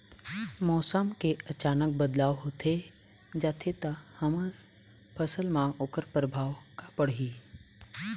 मौसम के अचानक बदलाव होथे जाथे ता हमर फसल मा ओकर परभाव का पढ़ी?